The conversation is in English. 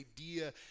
idea